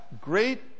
great